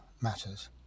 matters